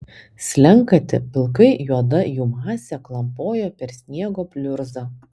slenkanti pilkai juoda jų masė klampojo per sniego pliurzą